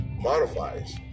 modifies